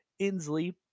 Inslee